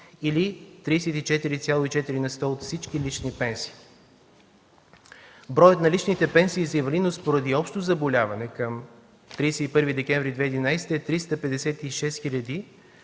или 34,4 на сто от всички лични пенсии. Броят на личните пенсии за инвалидност поради общо заболяване към 31 декември 2011 г. е 356 602,